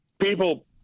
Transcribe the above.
People